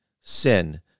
sin